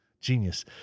genius